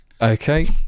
Okay